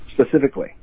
specifically